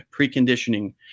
preconditioning